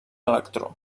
electró